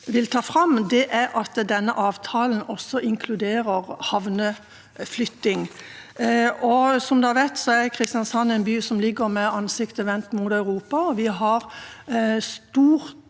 vil ta fram, er at denne avtalen også inkluderer havneflytting. Som dere vet, er Kristiansand en by som ligger med ansiktet vendt mot Europa, og vi er